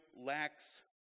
lacks